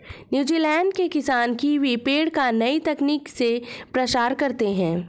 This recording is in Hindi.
न्यूजीलैंड के किसान कीवी पेड़ का नई तकनीक से प्रसार करते हैं